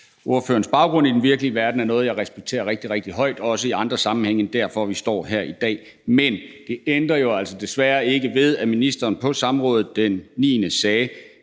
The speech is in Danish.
ordførerens baggrund i den virkelige verden er noget, som jeg respekterer rigtig, rigtig højt – også i andre sammenhænge end grunden til, at vi står her i dag. Men det ændrer jo altså desværre ikke ved, at forsvarsministeren på samrådet den 9.